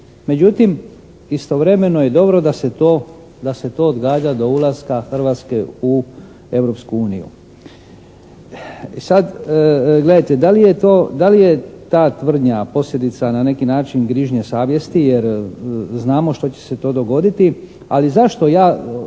međutim istovremeno je dobro da se to, da se to odgađa do ulaska Hrvatske u Europsku uniju. I sad gledajte da li je to, da li je ta tvrdnja posljedica na neki način grižnje savjesti jer znamo što će se to dogoditi, ali zašto ja